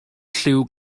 lliw